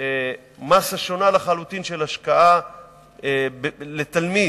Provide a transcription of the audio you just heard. מאסה שונה לחלוטין של השקעה לתלמיד,